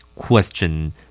Question